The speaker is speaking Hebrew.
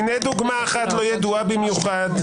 הינה דוגמה אחת לא ידועה במיוחד,